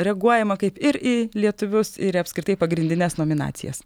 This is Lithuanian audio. reaguojama kaip ir į lietuvius ir į apskritai pagrindines nominacijas